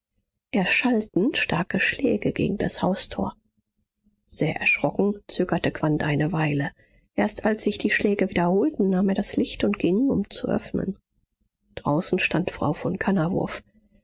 erschallten starke schläge gegen das haustor sehr erschrocken zögerte quandt eine weile erst als sich die schläge wiederholten nahm er das licht und ging um zu öffnen draußen stand frau von